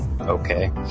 okay